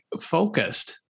focused